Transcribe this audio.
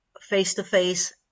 face-to-face